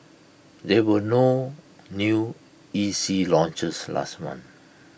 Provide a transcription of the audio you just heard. there were no new E C launches last month